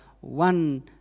one